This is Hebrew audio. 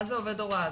מה זה עובד הוראה?